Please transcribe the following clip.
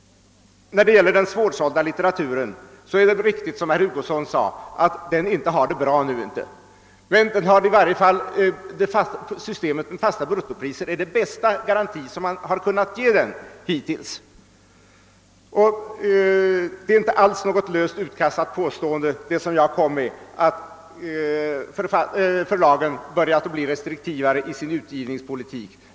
Det är riktigt som herr Hugosson sa de, att den svårsålda litteraturen inte har det lätt nu, men systemet med fasta bruttopriser är den bästa garanti som man hittills har kunnat ge den. Det var inte alls något löst utkastat påstående jag kom med, att förlagen börjat bli restriktivare i sin bokutgivning.